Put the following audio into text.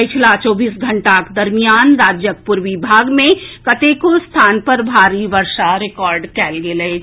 पछिला चौबीस घंटाक दरमियान राज्यक पूर्वी भाग मे कतेको स्थान पर भारी वर्षा रिकॉर्ड कएल गेल अछि